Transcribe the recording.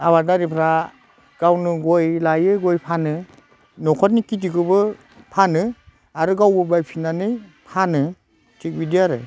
आबादारिफ्रा गावनो गय लायो गय फानो न'खरनि खिथिखौबो फानो आरो गावबो बायफिननानै फानो थिग बिदि आरो